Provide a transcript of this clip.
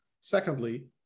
Secondly